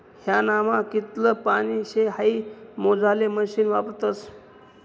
ह्यानामा कितलं पानी शे हाई मोजाले मशीन वापरतस